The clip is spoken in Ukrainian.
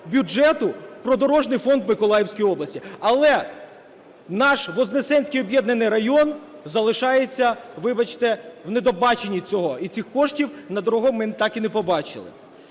бюджету про дорожній фонд у Миколаївській області. Але наш Вознесенський об'єднаний район залишається, вибачте, в недобаченні цього. І цих коштів на дорогу ми так і не побачили.